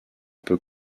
peu